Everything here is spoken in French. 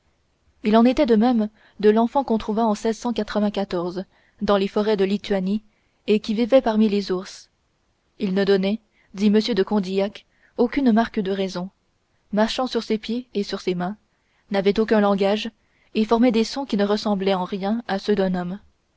il en était de même de l'enfant qu'on trouva en dans les forêts de lituanie et qui vivait parmi les ours il ne donnait dit m de condillac aucune marque de raison marchait sur ses pieds et sur ses mains n'avait aucun langage et formait des sons qui ne ressemblaient en rien à ceux d'un homme